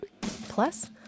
Plus